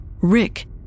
Rick